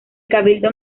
cabildo